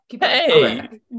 Hey